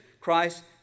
Christ